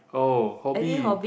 oh hobby